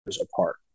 apart